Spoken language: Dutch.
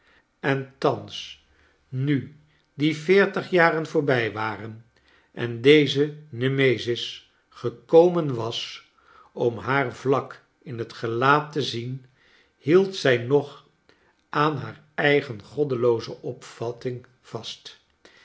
en thans nu die veertig jaren voorbij waren en deze nemesis gekomen was om haar vlak in het gelaat te zien hield zij nog aan haar eigen goddelooze opvatting vast